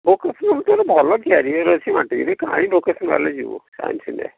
vocational ତୋର ଭଲ career ଅଛି ମାଟ୍ରିକରେ କାହିଁ ଭୋକେସନାଲ୍ରେ ଯିବୁ ସାଇନ୍ସ ନେ